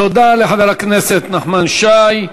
תודה לחבר הכנסת נחמן שי.